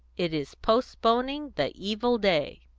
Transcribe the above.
it is postponing the evil day.